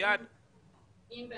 אנחנו